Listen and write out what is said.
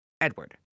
Edward